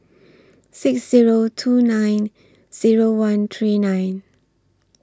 six Zero two nine Zero one three nine